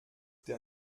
der